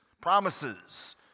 promises